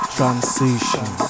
Transition